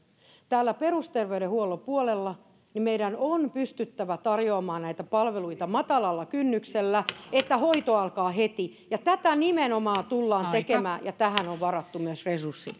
täällä perusterveydenhuollon puolella meidän on pystyttävä tarjoamaan näitä palveluita matalalla kynnyksellä jotta hoito alkaa heti ja tätä nimenomaan tullaan tekemään ja tähän on varattu myös resurssit